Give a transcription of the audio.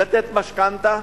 לתת משכנתה,